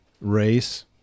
race